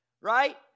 right